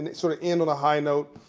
and sort of end on a high note,